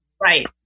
right